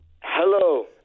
Hello